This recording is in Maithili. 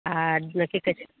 आ की कहै छै